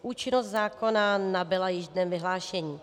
Účinnost zákona nabyla již dnem vyhlášení.